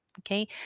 Okay